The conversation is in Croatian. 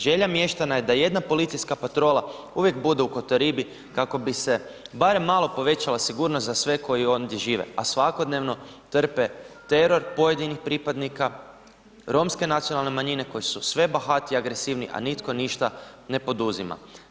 Želja mještana je da jedna policijska patrola uvijek bude u Kotoribi kako bi se barem malo povećala sigurnost za sve koji ondje žive, a svakodnevno trpe teror pojedinih pripadnika romske nacionalne manjine koji su sve bahatije agresivni, a nitko ništa ne poduzima.